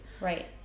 right